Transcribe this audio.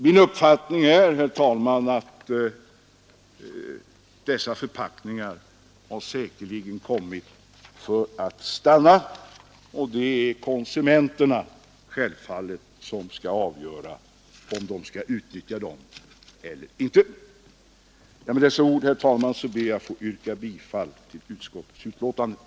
Min uppfattning är, herr talman, att dessa förpackningar säkerligen kommit för att stanna, och det är självfallet konsumenterna som skall avgöra om de skall utnyttja dem eller inte. Med dessa ord, herr talman, ber jag att få yrka bifall till utskottets hemställan.